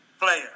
player